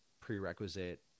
prerequisite